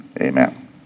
Amen